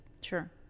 Sure